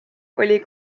oli